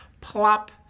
plop